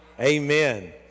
Amen